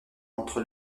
entre